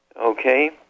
Okay